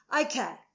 Okay